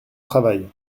travail